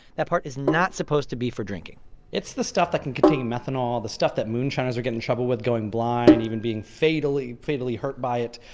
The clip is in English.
that part is not supposed to be for drinking it's the stuff that can contain methanol, the stuff that moonshiners are getting in trouble with going blind, even being fatally, fatally hurt by it.